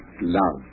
love